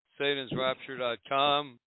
Satansrapture.com